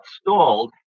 stalled